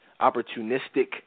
opportunistic